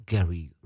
Gary